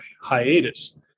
hiatus